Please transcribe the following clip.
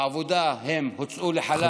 בעבודה הם הוצאו לחל"ת או פוטרו,